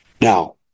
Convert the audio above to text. Now